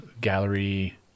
gallery